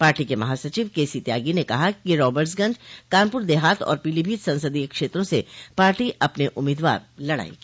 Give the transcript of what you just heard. party के महासचिव K C Tyagi ने कहा कि रॉबर्ट्सगंज कानपुर देहात और पीलीभीत संसदीय क्षेत्रों से पार्टी अपने उम्मीदवार लड़ायेगी